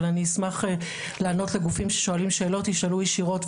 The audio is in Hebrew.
אבל אני אשמח שגופים ששואלים שאלות ישאלו ישירות,